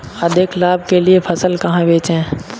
अधिक लाभ के लिए फसल कहाँ बेचें?